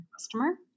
customer